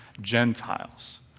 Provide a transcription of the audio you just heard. Gentiles